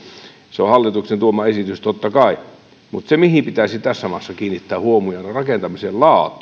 se on hallituksen tuoma esitys totta kai se mihin pitäisi tässä maassa kiinnittää huomiota on rakentamisen